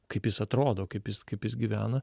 kaip jis atrodo kaip jis kaip jis gyvena